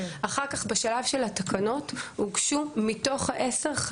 אחר כך בשלב של התקנות הוגשו חמש מתוך העשר.